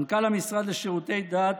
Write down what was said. מנכ"ל המשרד לשירותי דת